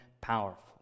powerful